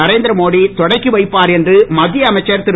நரேந்திர மோடி தொடக்கி வைப்பார் என்று மத்திய அமைச்சர் திரு